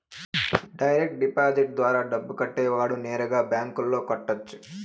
direct deposit ద్వారా డబ్బు కట్టేవాడు నేరుగా బ్యాంకులో కట్టొచ్చు